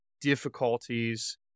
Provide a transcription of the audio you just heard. difficulties